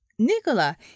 Nicola